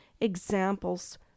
examples